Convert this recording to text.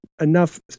enough